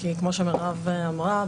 כי כמו שמירב אמרה,